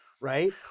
right